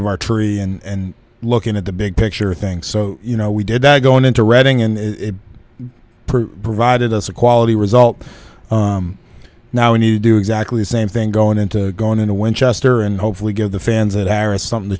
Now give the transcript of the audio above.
of our tree and looking at the big picture thing so you know we did that going into reading and provided us a quality result now when you do exactly the same thing going into going into winchester and hopefully give the fans at arras something t